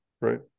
right